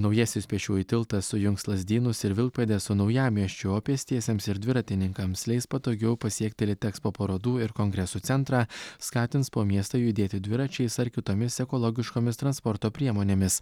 naujasis pėsčiųjų tiltas sujungs lazdynus ir vilkpėdę su naujamiesčiu o pėstiesiems ir dviratininkams leis patogiau pasiekti litekspo parodų ir kongresų centrą skatins po miestą judėti dviračiais ar kitomis ekologiškomis transporto priemonėmis